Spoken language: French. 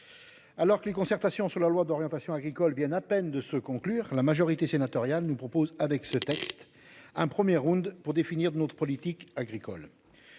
Alors que les concertations sur la loi d'orientation agricole viennent à peine de se conclure. La majorité sénatoriale nous propose avec ce texte un 1er round pour définir une autre politique agricole.